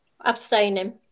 Abstaining